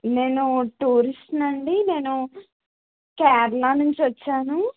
నేను టూరిస్టునండి నేను కేరళ నుంచి వచ్చాను